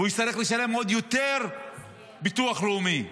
והוא יצטרך לשלם עוד יותר ביטוח לאומי.